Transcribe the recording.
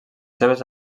seves